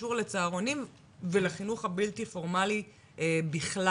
שקשור לצהרונים ולחינוך הבלתי פורמלי בכלל.